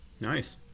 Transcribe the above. Nice